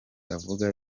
avuga